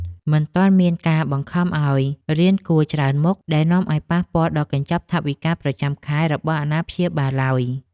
មិនទាន់មានការបង្ខំឱ្យរៀនគួរច្រើនមុខដែលនាំឱ្យប៉ះពាល់ដល់កញ្ចប់ថវិកាប្រចាំខែរបស់អាណាព្យាបាលឡើយ។